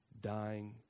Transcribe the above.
dying